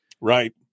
Right